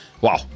wow